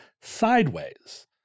sideways